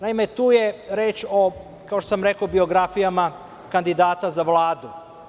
Naime, tu je reč o, kao što sam rekao, biografijama kandidata za Vladu.